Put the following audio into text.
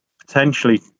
Potentially